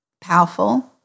powerful